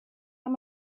how